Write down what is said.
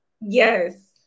Yes